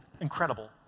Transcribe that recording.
Incredible